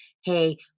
hey